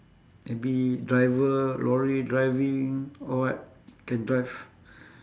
maybe driver lorry driving or what can drive